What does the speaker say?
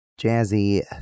Jazzy